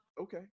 Okay